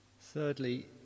Thirdly